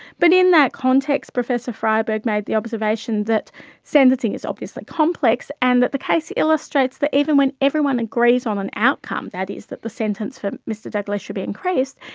but in that context professor freiberg made the observation that sentencing is obviously complex and that the case illustrates that even when everyone agrees on an outcome, that is that the sentence for mr dalgliesh should be increased,